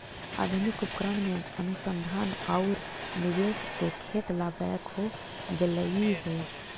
आधुनिक उपकरण में अनुसंधान औउर निवेश से खेत लाभदायक हो गेलई हे